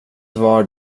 var